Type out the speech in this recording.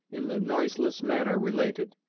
in the noiseless manner related,